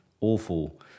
awful